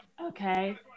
Okay